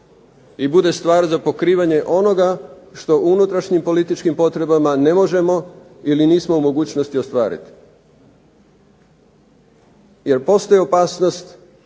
i bude stvar za pokrivanje onoga što u unutrašnjim političkim potrebama ne možemo ili nismo u mogućnosti ostvariti. Jer postoji opasnost